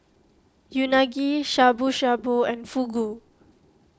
Unagi Shabu Shabu and Fugu